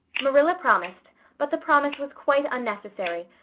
marilla promised but the promise was quite unnecessary,